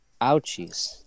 Ouchies